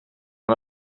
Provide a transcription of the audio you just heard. aan